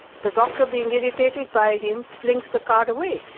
the doctor, being irritated by him, flings the card away.